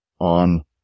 on